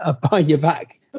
behind-your-back